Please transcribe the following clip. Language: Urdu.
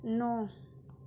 نو